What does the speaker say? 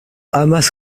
amas